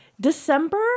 December